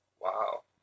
Wow